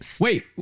Wait